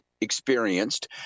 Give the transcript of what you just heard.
experienced